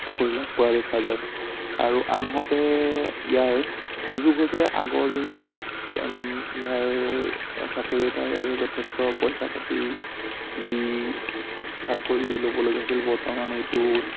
চাকৰি লাভ কৰা দেখা যায় আৰু আনহাতে ইয়াৰ সুযোগ হৈছে আগৰ দিনত ইয়াৰ চাকৰি এটাৰ বাবে যথেষ্ট পইচা পাতি দি চাকৰি ল'ব লগা হৈছিল বৰ্তমান এইটো